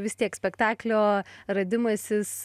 vis tiek spektaklio radimasis